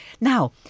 Now